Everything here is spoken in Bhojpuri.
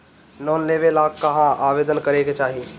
लोन लेवे ला कहाँ आवेदन करे के चाही?